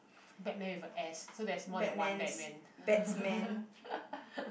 batman with a S so there's more than one batman